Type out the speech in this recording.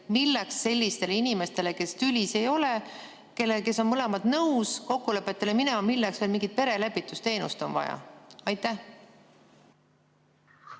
Milleks sellistele inimestele, kes tülis ei ole, kes on mõlemad nõus kokkulepetele minema, veel mingit perelepitusteenust on vaja? Ma